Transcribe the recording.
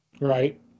Right